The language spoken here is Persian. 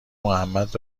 محمد